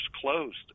closed